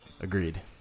Agreed